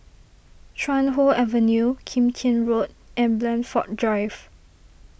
Chuan Hoe Avenue Kim Tian Road and Blandford Drive